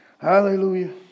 Hallelujah